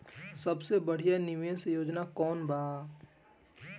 सबसे बढ़िया निवेश योजना कौन बा?